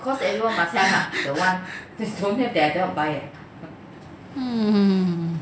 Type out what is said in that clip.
mm